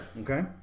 Okay